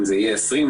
אם זה יהיה 20,